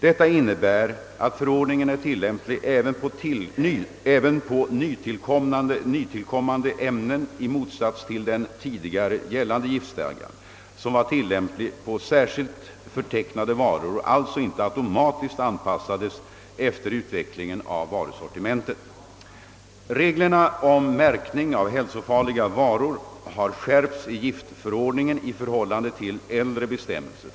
Detta innebär att förordningen är tillämplig även på nytillkommande ämnen i motsats till den tidigare gällande giftstadgan, som var tillämplig på särskilt förtecknade varor och alltså inte automatiskt anpassades efter utvecklingen av varusortimentet. Reglerna om märkning av hälsofarliga varor har skärpts i giftförordningen i förhållande till äldre bestämmelser.